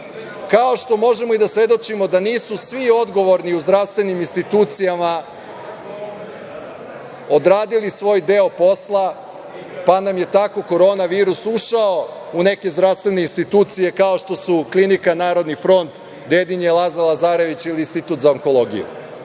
kao što možemo i da svedočimo da nisu svi odgovorni u zdravstvenim institucijama odradili svoj deo posla, pa nam je tako Koronavirus ušao u neke zdravstvene institucije, kao što su klinika „Narodni front“, „Dedinje“, „Laza Lazarević“ ili Institut za onkologiju.